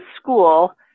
school